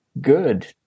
good